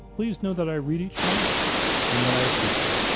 please know that i read each one and that i appreciate